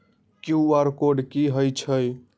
QR code कि हई छई?